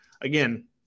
again